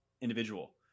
individual